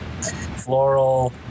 Floral